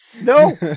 no